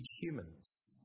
humans